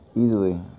Easily